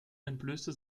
entblößte